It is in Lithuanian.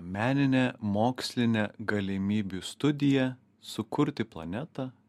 meninę mokslinę galimybių studiją sukurti planetą